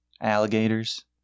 alligators